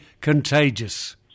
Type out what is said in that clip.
contagious